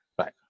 Right